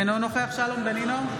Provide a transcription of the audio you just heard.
אינו נוכח שלום דנינו,